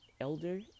elder